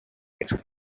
air